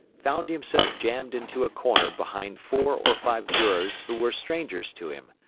found himself jammed into a corner behind four or five jurors who were strangers to him,